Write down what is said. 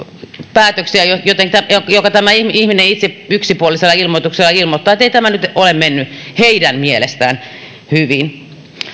päätöksiä joista ihmiset itse yksipuolisella ilmoituksella ilmoittavat ettei tämä ole nyt mennyt heidän mielestään hyvin